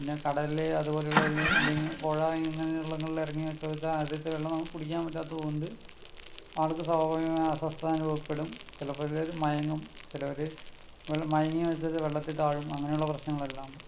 പിന്നെ കടലില് അതുപോലെ ഉള്ള ഇല്ലെങ്കിൽ പുഴ ഇങ്ങനെയുള്ള ഇടങ്ങളിൽ ഇറങ്ങി ചോദിച്ചാൽ അതിൽത്തെ വെള്ളം നമുക്ക് കുടിക്കാൻ പറ്റാത്തതുകൊണ്ട് ആൾക്ക് സ്വാഭാവികമായും അസ്വസ്ഥത അനുഭവപ്പെടും ചിലപ്പോൾ എല്ലാവരും മയങ്ങും ചിലര് മയങ്ങി വെച്ചാൽ വെള്ളത്തിൽ താഴും അങ്ങനെയുള്ള പ്രശ്നങ്ങളെല്ലാം ഉണ്ട്